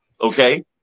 okay